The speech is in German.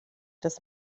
das